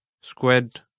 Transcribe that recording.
Squid